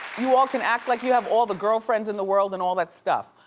you all can act like you have all the girlfriends in the world and all that stuff,